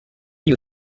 you